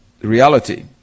reality